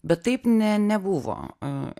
bet taip ne nebuvo